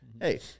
Hey